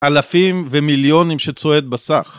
אלפים ומיליונים שצועד בסך.